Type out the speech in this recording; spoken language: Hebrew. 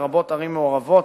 לרבות ערים מעורבות,